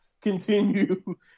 continue